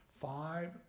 five